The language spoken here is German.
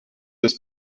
des